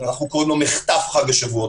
ואנחנו קוראים לו "מחטף חג השבועות".